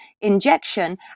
injection